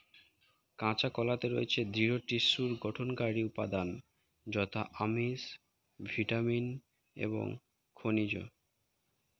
কাঁচা কলাতে রয়েছে দৃঢ় টিস্যুর গঠনকারী উপাদান যথা আমিষ, ভিটামিন এবং খনিজ